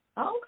Okay